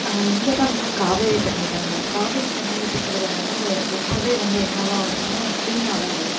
இங்கெல்லாம் வந்து காவேரி தண்ணி தாங்க காவேரி தண்ணி அப்படிங்கிறதுனால ரொம்பவே வந்து என்னவாக வருன்னால் க்ளீனாகதான் வரும்